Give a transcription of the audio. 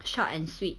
short and sweet